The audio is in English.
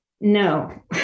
No